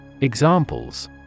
Examples